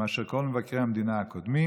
מאשר לכל מבקרי המדינה הקודמים.